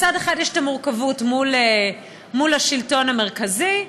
מצד אחד יש מורכבות מול השלטון המרכזי,